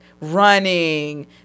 running